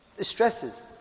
Stresses